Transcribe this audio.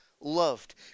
loved